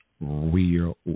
real